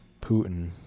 Putin